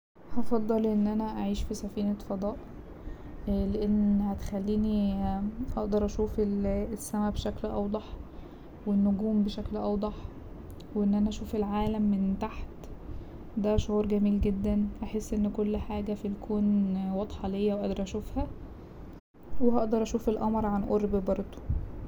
هفضل ان انا اعيش في سفينة فضاء لأن هتخليني اقدر اشوف ال- السما بشكل اوضح والنجوم بشكل اوضح وان انا اشوف العالم من تحت ده شعورجميل شعور جميل جدا هحس ان كل حاجة في الكون واضحة ليا وقادرة اشوفها وهقدر اشوف القمر عن قرب بردو.